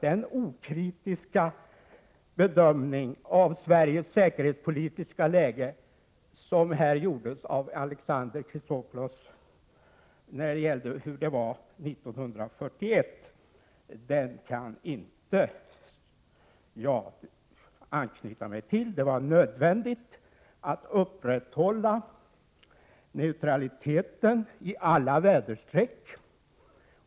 Den okritiska bedömning som Alexander Chrisopoulos gjorde av Sveriges säkerhetspolitiska läge 1941 kan jag inte ansluta mig till. Det var nödvändigt att upprätthålla neutraliteten mot alla väderstreck.